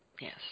Yes